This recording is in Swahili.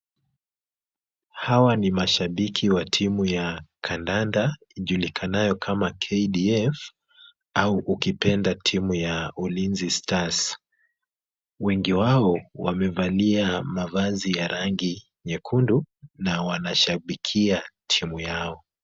Hawa ni mashabiki wa timu ya kandanda ijulikanayo kama KDF ama ukipenda timu ya Ulinzi stars. Wengi wao wamevalia mavazi ya rangi nyekundu na wanashabikia timu yao.